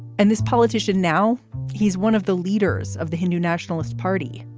and this politician now he's one of the leaders of the hindu nationalist party.